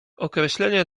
określenia